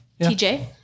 TJ